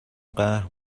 قهر